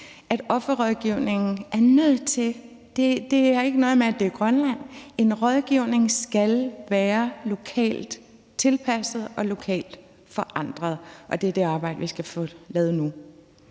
en offerrådgivning, og det har ikke noget at gøre med, at det er i Grønland, er nødt til at være lokalt tilpasset og lokalt forankret, og det er det arbejde, vi skal have lavet nu.